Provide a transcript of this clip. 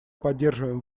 поддерживаем